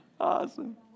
Awesome